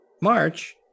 March